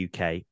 UK